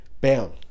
bam